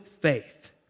faith